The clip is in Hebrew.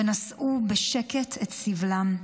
ונשאו בשקט את סבלם.